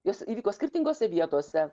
jos įvyko skirtingose vietose